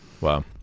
Wow